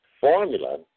formula